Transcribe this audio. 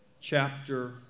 chapter